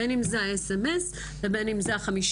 בין אם זה sms ובין אם זה ה-15%.